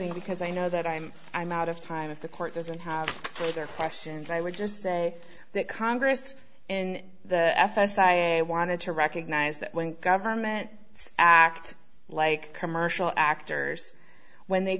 g because i know that i'm i'm out of time if the court doesn't have their questions i would just say that congress and the fs wanted to recognize that when government act like commercial actors when they